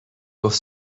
گفت